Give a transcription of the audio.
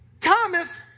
Thomas